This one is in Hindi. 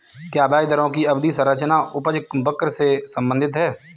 क्या ब्याज दरों की अवधि संरचना उपज वक्र से संबंधित है?